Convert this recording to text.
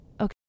okay